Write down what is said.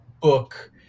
book